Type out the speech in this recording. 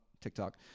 tiktok